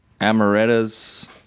Amaretta's